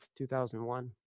2001